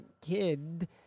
kid